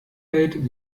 hält